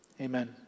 Amen